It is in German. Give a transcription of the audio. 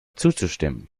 zuzustimmen